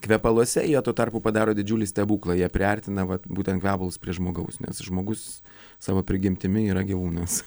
kvepaluose jie tuo tarpu padaro didžiulį stebuklą jie priartina vat būtent kvepalus prie žmogaus nes žmogus savo prigimtimi yra gyvūnas